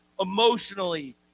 emotionally